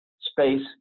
space